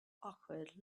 awkward